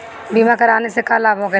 बीमा कराने से का लाभ होखेला?